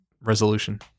resolution